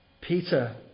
Peter